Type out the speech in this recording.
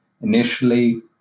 initially